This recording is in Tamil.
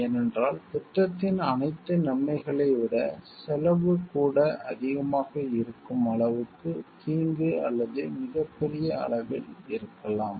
ஏனென்றால் திட்டத்தின் அனைத்து நன்மைகளையும் விட செலவு கூட அதிகமாக இருக்கும் அளவுக்கு தீங்கு அல்லது மிகப்பெரிய அளவில் இருக்கலாம்